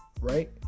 Right